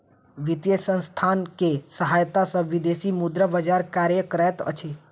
वित्तीय संसथान के सहायता सॅ विदेशी मुद्रा बजार कार्य करैत अछि